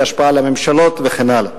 השפעה על הממשלות וכן הלאה.